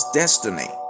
destiny